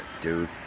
dude